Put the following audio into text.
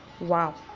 wow